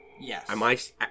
Yes